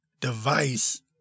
device